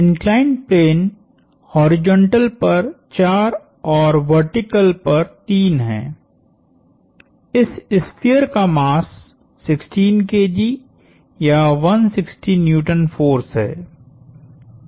inclined plane horizontal पर 4 और vertical पर 3 है इस स्फीयर का मास 16 Kg या 160N फोर्स है त्रिज्या 1m है